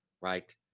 right